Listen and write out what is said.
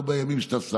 לא בימים שאתה שר,